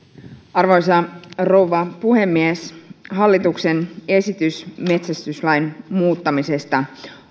arvoisa rouva puhemies hallituksen esitys metsästyslain muuttamisesta